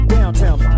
Downtown